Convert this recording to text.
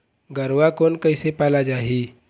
गरवा कोन कइसे पाला जाही?